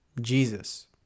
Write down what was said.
Jesus